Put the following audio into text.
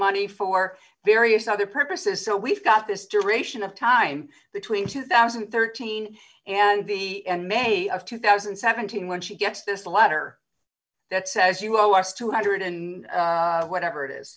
money for various other purposes so we've got this duration of time between two thousand and thirteen and the end may of two thousand and seventeen when she gets this letter that says you owe us two hundred and whatever it